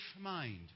mind